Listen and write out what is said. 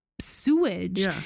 sewage